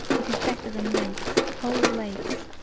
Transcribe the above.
it is better than lakes whole lakes,